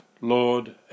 Lord